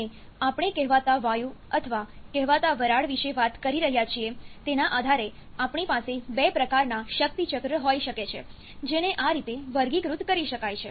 અને આપણે કહેવાતા વાયુ અથવા કહેવાતા વરાળ વિશે વાત કરી રહ્યા છીએ તેના આધારે આપણી પાસે બે પ્રકારના શક્તિ ચક્ર હોઈ શકે છે જેને આ રીતે વર્ગીકૃત કરી શકાય છે